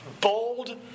Bold